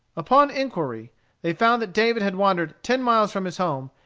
upon inquiry they found that david had wandered ten miles from his home,